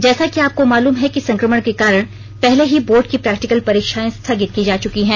जैसा कि आपको मालूम है कि संकमण के कारण पहले ही बोर्ड की प्रैक्टिकल परीक्षाएं स्थगित की जा चुकी हैं